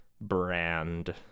brand